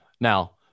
now